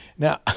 Now